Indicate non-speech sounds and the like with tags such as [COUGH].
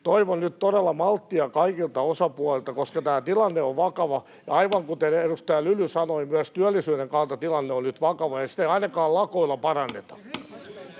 toivon nyt todella malttia kaikilta osapuolilta, koska tämä tilanne on vakava. [NOISE] Ja aivan kuten edustaja Lyly sanoi, myös työllisyyden kannalta tilanne on nyt vakava, ja sitä ei ainakaan lakoilla paranneta.